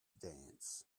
dance